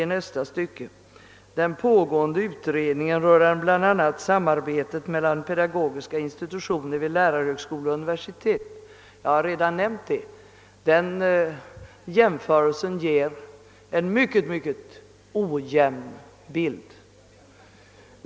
Man hänvisar där till den pågående utredningen rörande bl.a. samarbetet mellan pedagogiska institutioner vid lärarhögskolor och universitet. Som jag redan nämnt visar den jämförelsen att förhållandena är mycket olikartade.